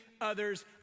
others